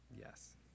yes